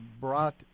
brought